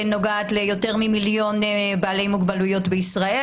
שנוגעת ליותר ממיליון בעלי מוגבלויות בישראל,